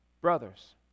brothers